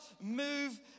move